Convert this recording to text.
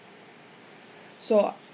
so